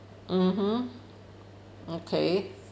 mmhmm okay